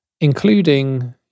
including